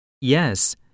Yes